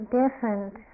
different